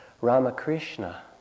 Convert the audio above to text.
Ramakrishna